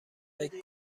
فکر